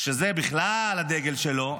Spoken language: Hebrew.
שזה בכלל הדגל שלו,